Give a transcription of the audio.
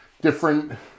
different